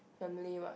family what